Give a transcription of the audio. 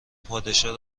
پادشاه